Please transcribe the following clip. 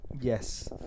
Yes